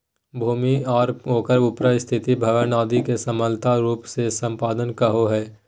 भूमि आर ओकर उपर स्थित भवन आदि के सम्मिलित रूप से सम्पदा कहो हइ